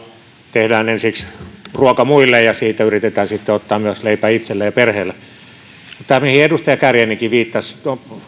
tehdään ensiksi ruoka muille ja ja siitä yritetään sitten ottaa myös leipä itselle ja perheelle se mihin edustaja kääriäinenkin viittasi